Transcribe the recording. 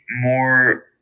more